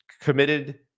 committed